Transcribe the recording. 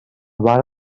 bar